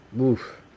Oof